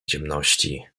ciemności